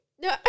No